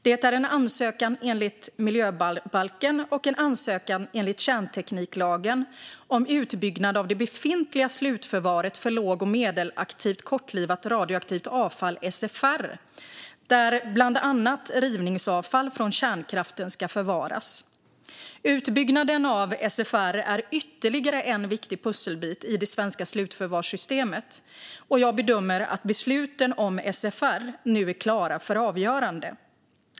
Det är en ansökan enligt miljöbalken och en ansökan enligt kärntekniklagen om utbyggnad av det befintliga slutförvaret för låg och medelaktivt kortlivat radioaktivt avfall, SFR, där bland annat rivningsavfall från kärnkraftverken ska förvaras. Utbyggnaden av SFR är ytterligare en viktig pusselbit i det svenska slutförvarssystemet. Jag bedömer att besluten om SFR nu är klara för avgörande.